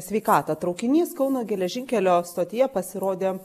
sveikatą traukinys kauno geležinkelio stotyje pasirodė